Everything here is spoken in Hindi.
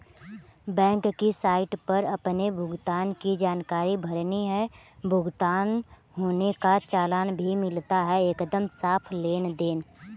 बैंक की साइट पर अपने भुगतान की जानकारी भरनी है, भुगतान होने का चालान भी मिलता है एकदम साफ़ लेनदेन